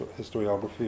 historiography